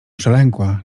przelękła